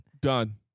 Done